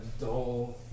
Dull